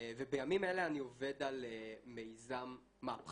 ובימים אלה אני עובד על מיזם מהפכני